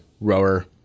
rower